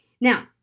Now